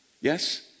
Yes